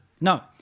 no